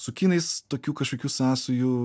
su kinais tokių kažkokių sąsajų